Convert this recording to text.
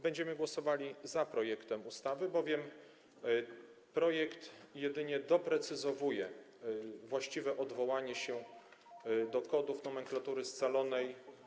Będziemy głosowali za projektem ustawy, bowiem projekt jedynie doprecyzowuje właściwe odwołanie się do kodów nomenklatury scalonej.